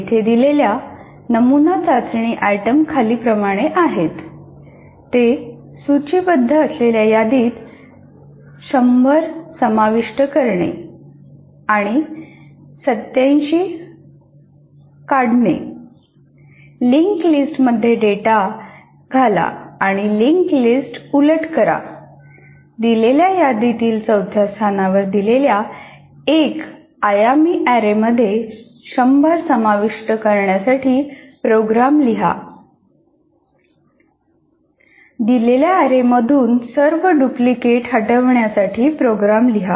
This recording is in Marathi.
येथे दिलेल्या नमुना चाचणी आयटम खालीलप्रमाणे आहेत • 'तेथे सूचीबद्ध असलेल्या यादीत ' 100 'समाविष्ट करणे आणि' 87 'काढणे • लिंक लिस्ट मध्ये डेटा घाला आणि लिंक लिस्ट उलट करा • दिलेल्या यादीतील चौथ्या स्थानावर दिलेल्या एक आयामी अॅरेमध्ये '100' समाविष्ट करण्यासाठी प्रोग्राम लिहा • दिलेल्या अॅरेमधून सर्व डुप्लिकेट हटविण्यासाठी प्रोग्राम लिहा